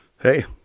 hey